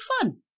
fun